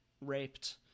raped